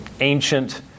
ancient